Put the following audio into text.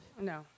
No